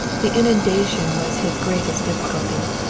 the inundation was his greatest difficulty.